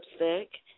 lipstick